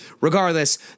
regardless